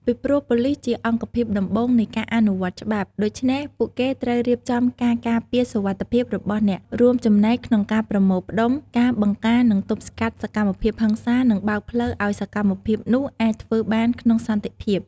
ពីព្រោះ ប៉ូលិសជាអង្គភាពដំបូងនៃការអនុវត្តច្បាប់ ដូច្នេះពួកគេត្រូវរៀបចំការការពារសុវត្ថិភាពរបស់អ្នករួមចំណែកក្នុងការប្រមូលផ្ដុំ ការបង្ការនឹងទប់ស្កាត់សកម្មភាពហិង្សា និងបើកផ្លូវឱ្យសកម្មភាពនោះអាចធ្វើបានក្នុងសន្តិភាព។